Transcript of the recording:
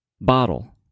Bottle